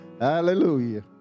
hallelujah